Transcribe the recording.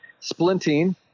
Splinting